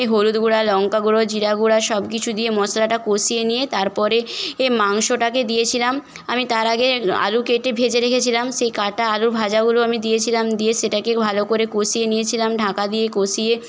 এ হলুদ গুঁড়ো লঙ্কা গুঁড়ো জিরে গুঁড়ো সব কিছু দিয়ে মশলাটা কষিয়ে নিয়ে তারপরে এ মাংসটাকে দিয়েছিলাম আমি তার আগে আলু কেটে ভেজে রেখেছিলাম সেই কাটা আলু ভাজাগুলো আমি দিয়েছিলাম দিয়ে সেটাকে ভালো করে কষিয়ে নিয়েছিলাম ঢাকা দিয়ে কষিয়ে